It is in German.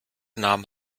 nahm